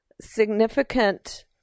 significant